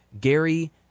gary